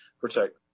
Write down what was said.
protect